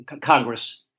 Congress